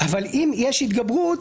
אבל אם יש התגברות,